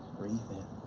breathe in,